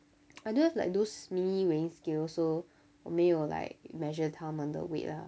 I don't have like those mini weighing scale so 我没有 like measure 他们的 weight ah